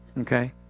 Okay